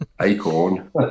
acorn